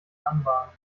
anbahnen